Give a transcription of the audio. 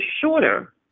shorter